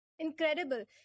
Incredible